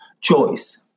choice